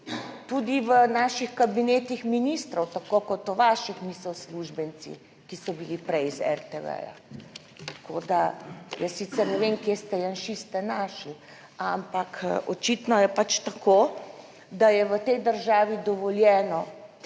Tudi v naših kabinetih ministrov tako kot v vaših, niso uslužbenci, ki so bili prej iz RTV. Tako da jaz sicer ne vem, kje ste janšiste našli, ampak očitno je pač tako, da je v tej državi dovoljeno